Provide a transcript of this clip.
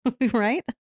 right